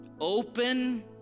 Open